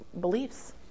beliefs